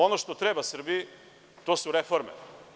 Ono što treba Srbiji to su reforme.